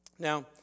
Now